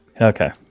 Okay